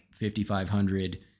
5,500